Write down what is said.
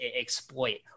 exploit